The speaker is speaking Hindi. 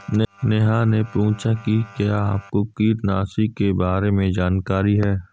नेहा ने पूछा कि क्या आपको कीटनाशी के बारे में जानकारी है?